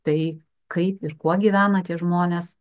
tai kaip ir kuo gyvena tie žmonės